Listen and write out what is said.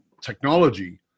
technology